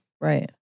Right